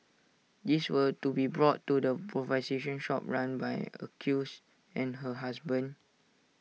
these were to be brought to the provide session shop run by accused and her husband